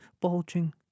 bulging